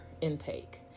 intake